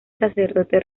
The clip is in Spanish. sacerdote